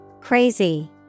Crazy